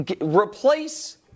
Replace